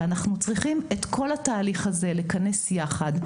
אנחנו צריכים את כל התהליך הזה לכנס יחד,